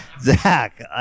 Zach